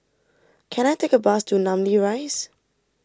can I take a bus to Namly Rise